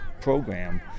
program